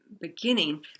beginning